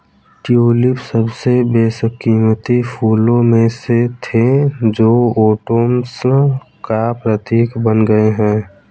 tulip सबसे बेशकीमती फूलों में से थे जो ओटोमन्स का प्रतीक बन गए थे